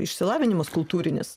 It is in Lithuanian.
išsilavinimas kultūrinis